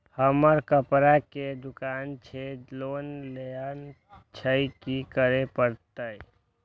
हमर कपड़ा के दुकान छे लोन लेनाय छै की करे परतै?